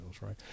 right